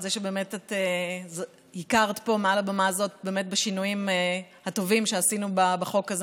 על זה שבאמת את הכרת פה מעל הבמה הזאת בשינויים הטובים שעשינו בחוק הזה.